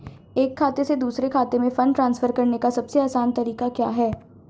एक खाते से दूसरे खाते में फंड ट्रांसफर करने का सबसे आसान तरीका क्या है?